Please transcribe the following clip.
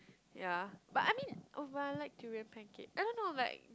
yea but I mean oh but I like durian pancake I don't know like